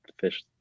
fish